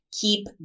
Keep